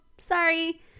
Sorry